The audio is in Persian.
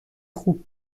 خوب